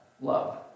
love